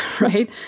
right